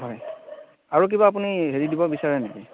হয় আৰু কিবা আপুনি হেৰি দিব বিচাৰে নেকি